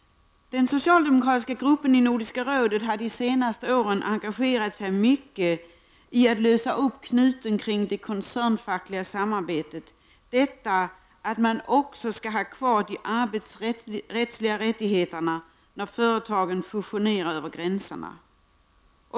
Den socialdemokratiska gruppen i Nordiska rådet har de senaste åren engagerat sig mycket i att lösa upp knuten kring det koncernfackliga samarbetet, detta att man också skall ha kvar de arbetsrättsliga rättigheterna när företagen fusionerar över gränserna.